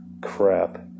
crap